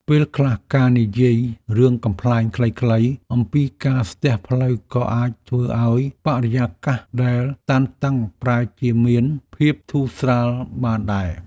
ពេលខ្លះការនិយាយរឿងកំប្លែងខ្លីៗអំពីការស្ទះផ្លូវក៏អាចធ្វើឱ្យបរិយាកាសដែលតានតឹងប្រែជាមានភាពធូរស្រាលបានដែរ។